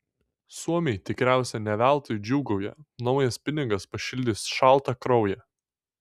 suomiai tikriausiai ne veltui džiūgauja naujas pinigas pašildys šaltą kraują